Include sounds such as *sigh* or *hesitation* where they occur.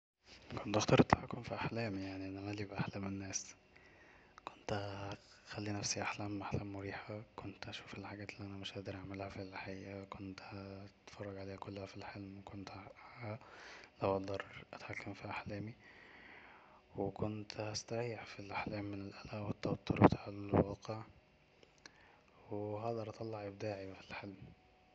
كنت هختار التحكم في أحلامي يعني انا مالي ب أحلام الناس كنت هخلي نفسي احلم أحلام مريحة كنت هشوف الحاجات اللي انا مش قادر اعملها في الحقيقةكنت هتفرج عليها كلها في الحلم كنت ها *hesitation* لو اقدر اتحكم في احلامي وكنت هستريح في الاحلام من التوتر بتاع الواقع وهقدر اطلع ابداعي بقا في الحلم